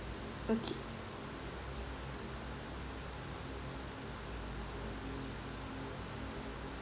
okay